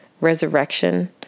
resurrection